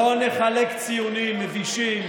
לא נחלק ציונים מבישים